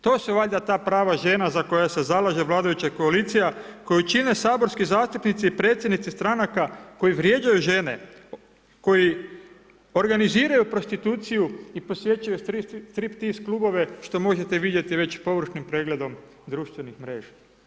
To su valjda ta prava žena za koje se zalaže vladajuća koalicija koju čine saborski zastupnici i predsjednici stranaka koji vrijeđaju žene, koji organiziraju prostituciju i posjećuju striptiz klubove, što možete vidjeti već površnim pregledom društvenih mreža.